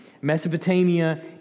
Mesopotamia